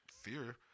fear